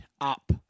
up